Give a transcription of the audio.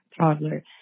toddler